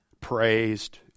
praised